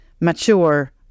mature